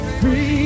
free